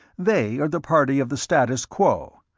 they are the party of the status quo.